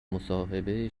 مصاحبه